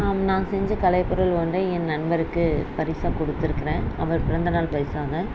நான் செஞ்ச கலைப்பொருள் ஒன்றை என் நண்பருக்கு பரிசாக கொடுத்துருக்குறேன் அவர் பிறந்தநாள் பரிசாக